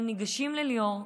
אבל ניגשים לליאור,